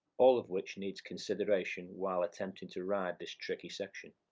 all of which needs consideration while attempting to ride this tricky section.